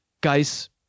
guys